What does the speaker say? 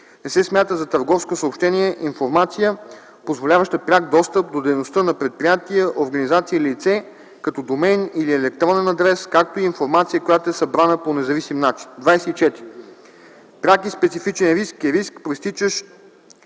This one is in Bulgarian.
Не се смята за търговско съобщение информация, позволяваща пряк достъп до дейността на предприятие, организация или лице, като домейн или електронен адрес, както и информация, която е събрана по независим начин. 24. „Пряк и специфичен риск“ e риск, произтичащ